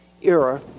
era